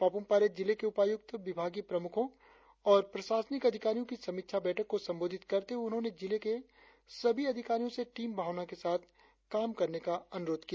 पापुम पारे जिले के उपायुक्त विभागीय प्रमुखों और प्रशासनिक अधिकारियों की समीक्षा बैठक को संबोधित करते हुए उन्होंने जिले के सभी अधिकारियों से टीम भावना के साथ काम करने का अनुरोध किया